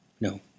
No